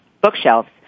bookshelves